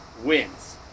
wins